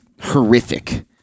horrific